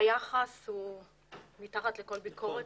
היחס הוא מתחת לכל ביקורת.